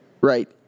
right